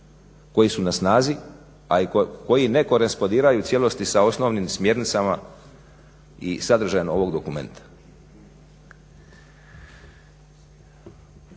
koji su na snazi, a i koji ne korespondiraju u cijelosti sa osnovnim smjernicama i sadržajem ovog dokumenta.